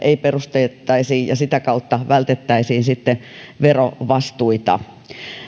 perustettaisiin ja sitä kautta vältettäisiin sitten verovastuita